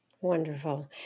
Wonderful